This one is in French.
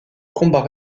combat